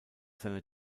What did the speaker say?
seine